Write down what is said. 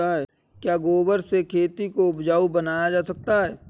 क्या गोबर से खेती को उपजाउ बनाया जा सकता है?